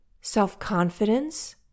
self-confidence